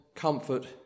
comfort